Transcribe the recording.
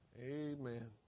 Amen